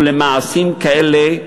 ולמעשים כאלה,